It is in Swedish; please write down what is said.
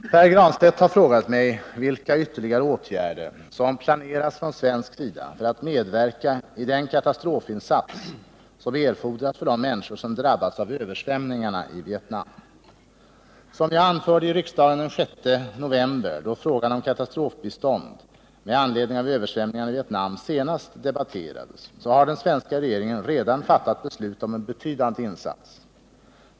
Herr talman! Pär Granstedt har frågat mig vilka ytterligare åtgärder som planeras från svensk sida för att medverka i den katastrofinsats som erfordras för de människor som drabbats av översvämningarna i Vietnam. Som jag anförde i riksdagen den 6 november, då frågan om katastrofbistånd med anledning av översvämningarna i Vietnam senast debatterades, har den svenska regeringen redan fattat beslut om en betydande insats.